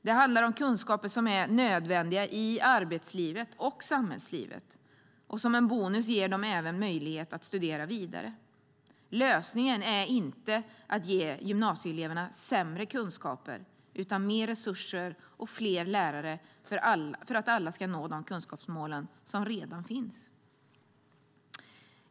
Det handlar om kunskaper som är nödvändiga i arbets och samhällslivet, och som en bonus ger de även möjlighet att studera vidare. Lösningen är inte att ge gymnasieeleverna sämre kunskaper utan mer resurser och fler lärare för att alla ska nå de kunskapsmål som redan finns.